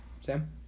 Sam